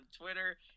Twitter